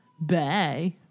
Bye